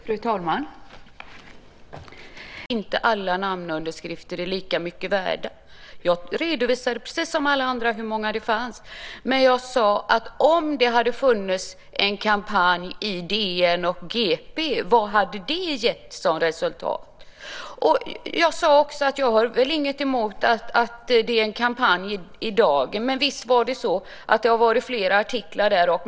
Fru talman! Jag känner mig nästan böjd att citera Annika Qarlsson här. Lyssnar inte Yvonne Andersson på vad jag säger? Jag har väl aldrig sagt att inte alla namnunderskrifter är lika mycket värda? Jag redovisade, precis som alla andra, hur många det fanns. Jag sade att om det hade funnits en kampanj i DN och GP kan man undra vilket resultat den hade gett. Jag sade också att jag inte har något emot att det är en kampanj i Dagen. Men visst har det varit flera artiklar.